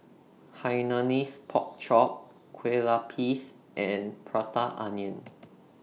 Hainanese Pork Chop Kueh Lapis and Prata Onion